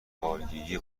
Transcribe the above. بکارگیری